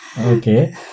Okay